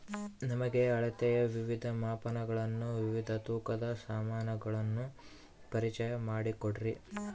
ನಮಗೆ ಅಳತೆಯ ವಿವಿಧ ಮಾಪನಗಳನ್ನು ವಿವಿಧ ತೂಕದ ಸಾಮಾನುಗಳನ್ನು ಪರಿಚಯ ಮಾಡಿಕೊಡ್ರಿ?